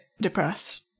depressed